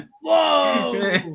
Whoa